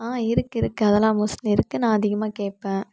இருக்கு இருக்கு அதலாம் மோஸ்ட்லி இருக்கு நான் அதிகமாக கேட்பன்